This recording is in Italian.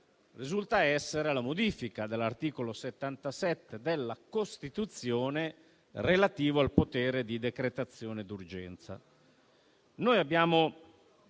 quindi essere la modifica dell'articolo 77 della Costituzione, relativo al potere di decretazione d'urgenza.